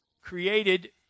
created